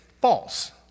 false